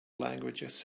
languages